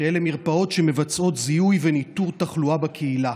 שאלה מרפאות שמבצעות זיהוי וניטור תחלואה בקהילה.